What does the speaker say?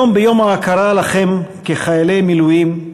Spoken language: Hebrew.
היום, ביום ההוקרה לכם כחיילי מילואים,